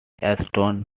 ashton